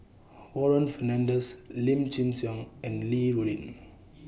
Warren Fernandez Lim Chin Siong and Li Rulin